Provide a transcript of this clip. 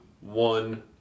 one